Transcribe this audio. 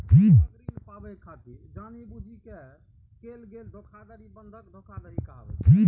बंधक ऋण पाबै खातिर जानि बूझि कें कैल गेल धोखाधड़ी बंधक धोखाधड़ी कहाबै छै